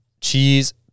cheese